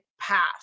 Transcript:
path